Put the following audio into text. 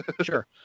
Sure